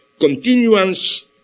continuance